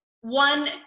one